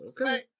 Okay